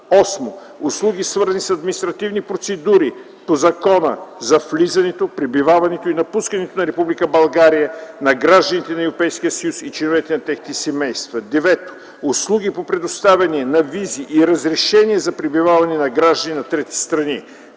8. услуги, свързани с административни процедури по Закона за влизането, пребиваването и напускането на Република България на гражданите на Европейския съюз и членовете на техните семейства; 9. услуги по предоставяне на визи или разрешение за пребиваване на граждани на трети държави;